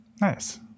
nice